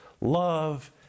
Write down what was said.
love